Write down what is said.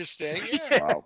interesting